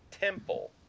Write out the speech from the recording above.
Temple